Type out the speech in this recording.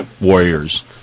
warriors